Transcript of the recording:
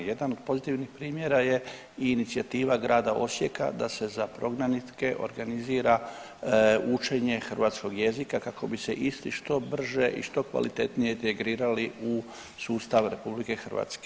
Jedan od pozitivnih primjera je i inicijativa grada Osijeka da se za prognanike organizira učenje hrvatskog jezika kako bi se isti što brže i što kvalitetnije integrirali u sustav RH.